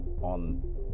on